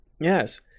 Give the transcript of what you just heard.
Yes